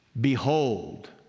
Behold